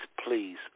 please